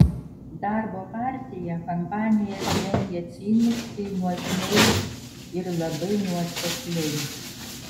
darbo partija kampanijas rengia ciniškai nuožmiai ir labai nuosekliai